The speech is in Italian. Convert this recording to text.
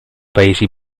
paesi